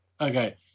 Okay